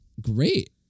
Great